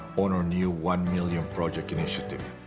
on our new one million project initiative.